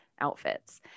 outfits